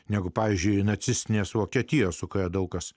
negu pavyzdžiui nacistinės vokietijos su kuria daug kas